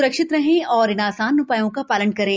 स्रक्षित रहें और इन आसान उप्रायों का शालन करें